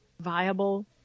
viable